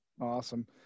Awesome